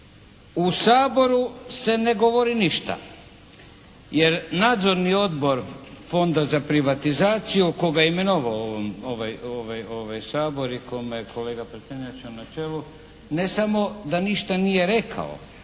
U Saboru se ne govori ništa jer Nadzorni odbor Fonda za privatizaciju koga je imenovao ovaj Sabor i kome je kolega Prtenjača na čelu ne samo da ništa nije rekao,